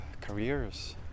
careers